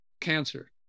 cancer